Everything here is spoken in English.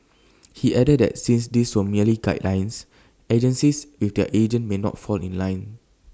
he added that since these were merely guidelines agencies and their agents may not fall in line